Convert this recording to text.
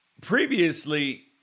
previously